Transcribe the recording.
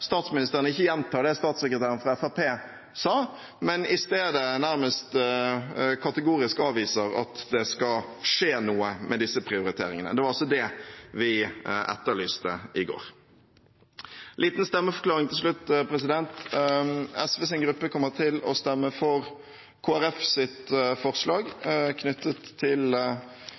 statsministeren ikke gjentar det statssekretæren fra Fremskrittspartiet sa, men i stedet nærmest kategorisk avviser at det skal skje noe med disse prioriteringene. Det var altså det vi etterlyste i går. En liten stemmeforklaring til slutt: SVs gruppe kommer til å stemme for Kristelig Folkepartis forslag